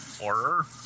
horror